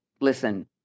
listen